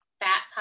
fat